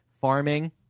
farming